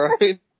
Right